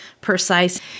precise